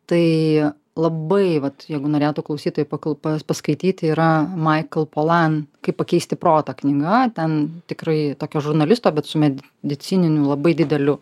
tai labai vat jeigu norėtų klausytojai pakl pa paskaityti yra michael pollan kaip pakeisti protą knyga ten tikrai tokio žurnalisto bet su medicininiu labai dideliu